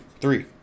Three